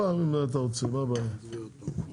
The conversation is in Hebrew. רכב בעצמו לצורך שימוש הממשלה ויחידות הסמך השונות.